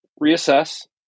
reassess